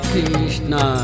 Krishna